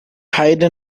haida